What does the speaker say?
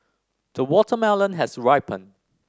the watermelon has ripened